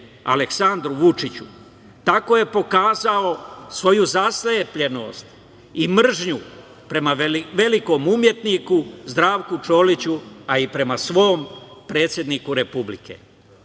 Aleksandru Vučiću. Tako je pokazao svoju zaslepljenost i mržnju prema velikom umetniku Zdravku Čoliću, a i prema svom predsedniku Republike. Moralna